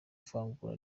ivangura